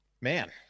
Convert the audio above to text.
Man